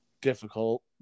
difficult